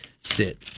sit